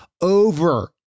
over